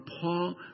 Paul